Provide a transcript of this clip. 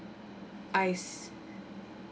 I